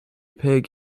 pig